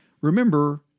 remember